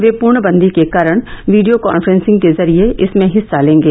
वे पूर्णबंदी के कारण वीडियो काफ्रेंसिंग के जरिये इसमें हिस्सा लेंगे